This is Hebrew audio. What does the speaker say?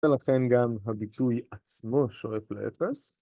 ‫אפשר לכם גם הביטוי עצמו שואף לאפס.